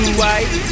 white